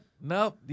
no